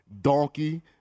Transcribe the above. donkey